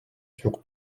sur